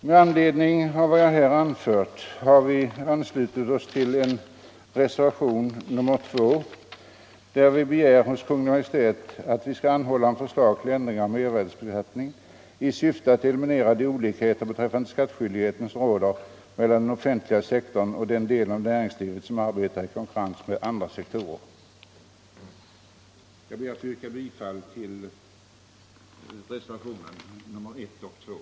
Mot bakgrund av de förhållanden jag här redovisat har vi ledamöter från moderata samlingspartiet i skatteutskottet anslutit oss till en reservation, nr 2, vari föreslås att riksdagen hos Kungl. Maj:t skall anhålla om förslag till ändringar i mervärdebeskattningen i syfte att eliminera de olikheter beträffande skattskyldigheten som råder mellan den offentliga sektorn och den del av näringslivet som arbetar i konkurrens med denna sektor. Jag ber, fru talman, att få yrka bifall till reservationerna 1 och 2.